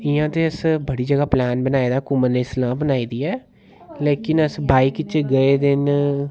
इयां ते अस्स बड़ी जगह प्लैन बनाए दा घुम्मन लेई सलाह बनाई दी ऐ लेकिन अस बाइक बिच्च गे दे न